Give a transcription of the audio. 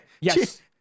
Yes